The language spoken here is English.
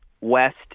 West